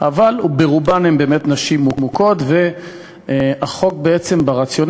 מאז הוא התגלגל בוועדת הכנסת, והכול רק לטובה,